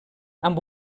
amb